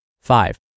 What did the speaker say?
Five